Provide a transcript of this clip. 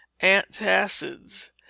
antacids